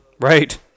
right